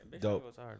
dope